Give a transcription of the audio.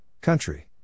country